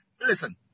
listen